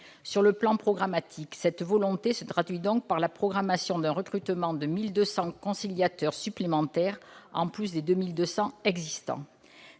Sur le plan programmatique, cette volonté se traduit donc par le recrutement de 1 200 conciliateurs supplémentaires, en plus des 2 200 existants.